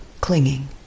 clinging